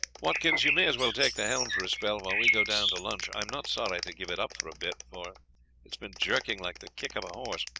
watkins, you may as well take the helm for a spell, while we go down to lunch. i am not sorry to give it up for a bit, for it has been jerking like the kick of a horse.